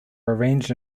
arranged